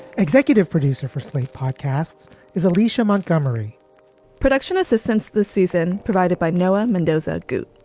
executive producer for slate podcasts is alicia montgomery production assistance this season provided by noah mendoza. good